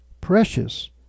precious